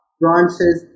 branches